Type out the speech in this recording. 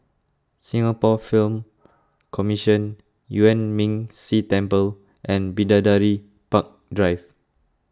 Singapore Film Commission Yuan Ming Si Temple and Bidadari Park Drive